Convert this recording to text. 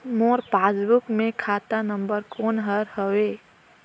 मोर passbook मे खाता number कोन हर हवे?